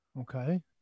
Okay